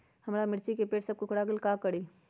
हमारा मिर्ची के पेड़ सब कोकरा गेल का करी?